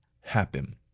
happen